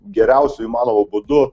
geriausiu įmanomu būdu